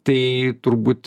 tai turbūt